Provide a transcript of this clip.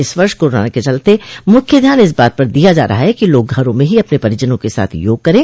इस वर्ष कोरोना के चलते मुख्य ध्यान इस बात पर दिया जा रहा है कि लोग घरों में ही अपने परिजनों के साथ योग करें